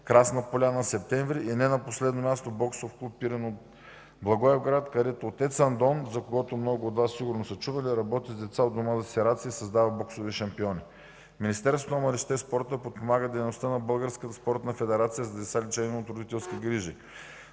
„Красна поляна”, Септември и не на последно място Боксов клуб „Пирин” – Благоевград, където отец Андон, за когото много от Вас сигурно са чували, работи с деца от домовете за сираци и създава боксови шампиони. Министерството на младежта и спорта подпомага дейността на Българската спортна федерация за деца, лишени от родителски грижи.